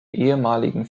ehemaligen